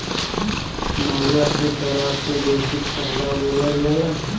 महुआ के सराब के देसी ठर्रा बोलल जाला